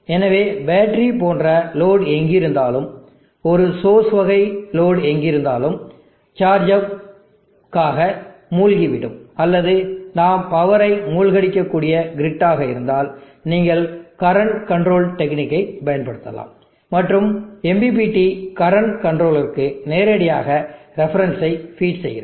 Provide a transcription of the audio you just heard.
எனவே பேட்டரி போன்ற லோடு எங்கிருந்தாலும் ஒரு சோர்ஸ் வகை லோடு எங்கிருந்தாலும் சார்ஜ் அப் காக மூழ்கிவிடும் அல்லது நாம் பவரை மூழ்கடிக்கக்கூடிய கிரிட் ஆக இருந்தால் நீங்கள் கரண்ட் கண்ட்ரோல்டு டெக்னிக்கை பயன்படுத்தலாம் மற்றும் MPPT கரண்ட் கண்ட்ரோலருக்கு நேரடியாக ரெஃபரன்ஸ் ஐ ஃபீட் செய்கிறது